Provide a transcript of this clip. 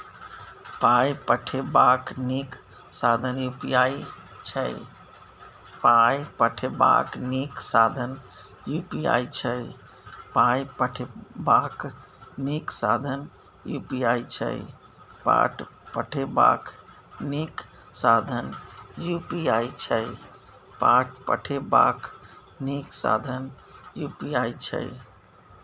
पाय पठेबाक नीक साधन यू.पी.आई छै